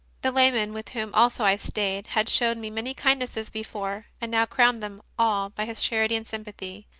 the layman, with whom also i stayed, had showed me many kindnesses before, and now crowned them all by his charity and sympathy.